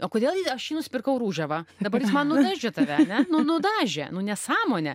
o kodėl aš jį nusipirkau ružavą dabar jis man nudažė tave ane nu nudažė nu nesąmonė